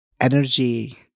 energy